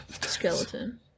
skeleton